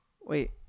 Wait